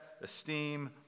esteem